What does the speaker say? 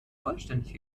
vollständig